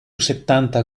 settanta